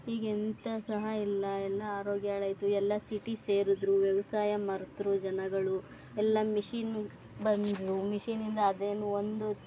ಈಗೆಂತ ಸಹ ಇಲ್ಲ ಎಲ್ಲ ಆರೋಗ್ಯ ಹಾಳಾಯಿತು ಎಲ್ಲ ಸಿಟಿ ಸೇರಿದ್ರೂ ವ್ಯವಸಾಯ ಮರೆತ್ರೂ ಜನಗಳು ಎಲ್ಲ ಮಿಷಿನ್ ಬಂದ್ರೂ ಮಿಷಿನಿಂದ ಅದೇನು ಒಂದು